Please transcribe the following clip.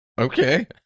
okay